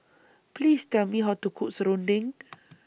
Please Tell Me How to Cook Serunding